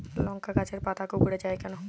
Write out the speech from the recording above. লংকা গাছের পাতা কুকড়ে যায় কেনো?